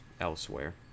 elsewhere